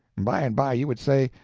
by and by you would say,